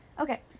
Okay